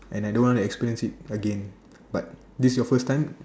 and I don't want to experience it again but this is your first time